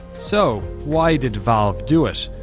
so, why did valve do it?